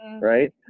right